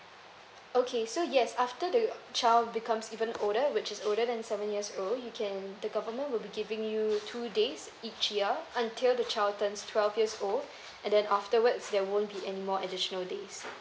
okay so yes after the your child becomes even older which is older than seven years old you can the government will be giving you two days each year until the child turns twelve years old and then afterwards there won't be any more additional days